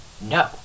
No